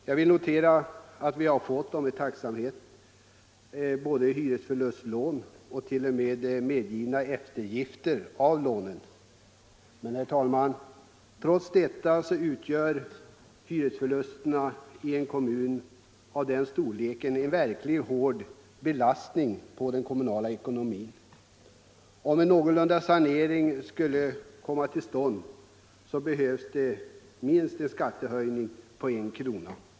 Jag noterar med tacksamhet att vi både har fått hyresförlustlån och t.o.m. har medgivits eftergifter av lånen, men, herr talman, trots detta utgör hyresförlusterna i en kommun av min hemkommuns storlek en verkligt tung belastning på den kommunala ekonomin. Om en någorlunda tillfredsställande sanering skall kunna komma till stånd, behövs en skattehöjning på minst I krona.